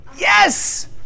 Yes